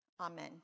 Amen